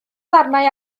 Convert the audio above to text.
ddarnau